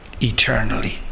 Eternally